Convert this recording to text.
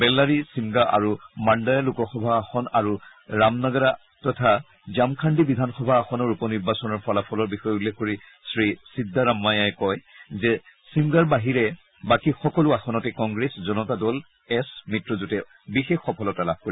বেল্লাৰী চিমগা আৰু মাণ্ডায়া লোকসভা আসন আৰু ৰামনগৰা তথা জামখান্দী বিধানসভা আসনৰ উপ নিৰ্বাচনৰ ফলাফলৰ বিষয়ে উল্লেখ কৰি শ্ৰীসিদ্দাৰমাইয়াই কয় যে চিমগাৰ বাহিৰে বাকী সকলো আসনতে কংগ্ৰেছ জনতা দল এছ মিত্ৰজোটে বিশেষ সফলতা লাভ কৰিব